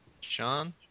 Sean